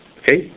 okay